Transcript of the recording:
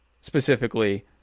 specifically